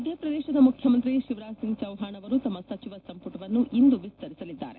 ಮಧ್ವಪ್ರದೇಶದ ಮುಖ್ಯಮಂತ್ರಿ ಶಿವರಾಜ್ ಸಿಂಗ್ ಚೌಹಾಣ್ ಅವರು ತಮ್ಮ ಸಚಿವ ಸಂಪುಟವನ್ನು ಇಂದು ವಿಸ್ತರಿಸಲಿದ್ದಾರೆ